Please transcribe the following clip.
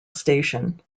station